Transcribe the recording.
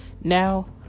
Now